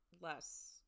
less